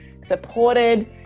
supported